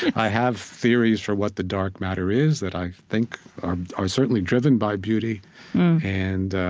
i have theories for what the dark matter is that i think are are certainly driven by beauty and,